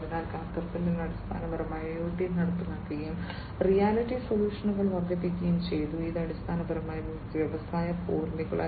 അതിനാൽ കാറ്റർപില്ലർ അടിസ്ഥാനപരമായി IoT നടപ്പിലാക്കുകയും റിയാലിറ്റി സൊല്യൂഷനുകൾ വർദ്ധിപ്പിക്കുകയും ചെയ്തു ഇത് അടിസ്ഥാനപരമായി വ്യവസായ 4